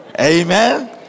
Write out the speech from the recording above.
Amen